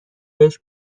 بهش